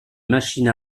machine